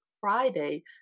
Friday